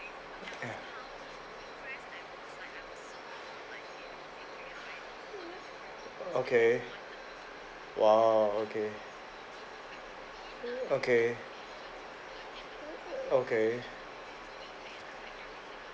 ya okay !wow! okay okay okay